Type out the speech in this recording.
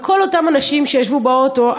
אבל כל אותם אנשים שישבו באוטו,